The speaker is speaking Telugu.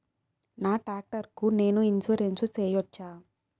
నా టాక్టర్ కు నేను ఇన్సూరెన్సు సేయొచ్చా?